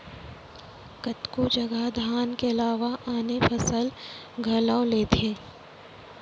कतको जघा धान के अलावा आने फसल घलौ लेथें